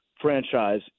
franchise